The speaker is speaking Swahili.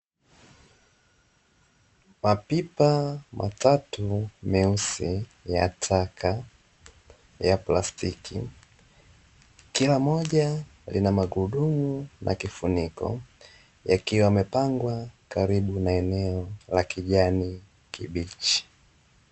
Mapipa matatu meusi ya taka ya plastiki, kila moja lina magurudumu na kifuniko yakiwa yamepangwa karibu na eneo la kijani kibichi.